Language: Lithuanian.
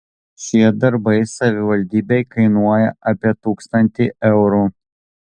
šie darbai savivaldybei kainuoja apie tūkstantį eurų